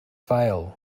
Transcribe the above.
fail